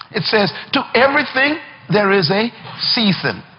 it says to everything there is a season,